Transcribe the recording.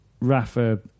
Rafa